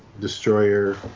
Destroyer